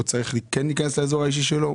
הוא כן צריך להיכנס לאזור האישי שלו?